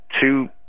two